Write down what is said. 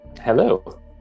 Hello